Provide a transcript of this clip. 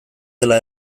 dela